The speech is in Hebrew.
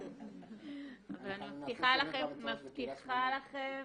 --- ואני מבטיחה לכם